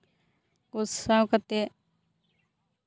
ᱠᱚᱥᱟᱣ ᱠᱟᱛᱮᱫ